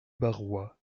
barrois